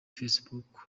facebook